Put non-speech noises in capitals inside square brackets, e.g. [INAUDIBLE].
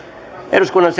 eduskunnan [UNINTELLIGIBLE]